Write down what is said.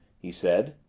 he said.